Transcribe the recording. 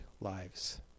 lives